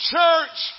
Church